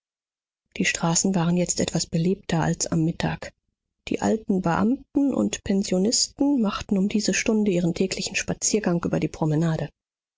die straßen waren jetzt etwas belebter als am mittag die alten beamten und pensionisten machten um diese stunde ihren täglichen spaziergang über die promenade